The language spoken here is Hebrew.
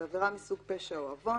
"9(ג)בעבירה מסוג פשע או עוון,